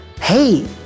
Hey